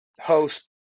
Host